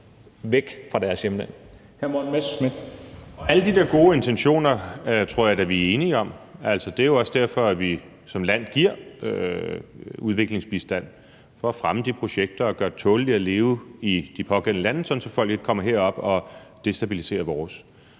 Messerschmidt (DF): Alle de der gode intentioner tror jeg da vi er enige om. Det er jo også derfor, vi som land giver udviklingsbistand – for at fremme de projekter og gøre det tåleligt at leve i de pågældende lande, sådan at folk ikke kommer herop og destabiliserer vores.